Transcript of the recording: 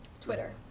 Twitter